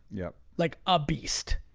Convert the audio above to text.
yeah. like, a beast.